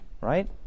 right